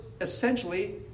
essentially